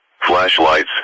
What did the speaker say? flashlights